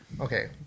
Okay